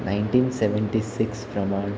nineteen seventeen six सावून